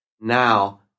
Now